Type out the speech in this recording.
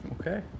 okay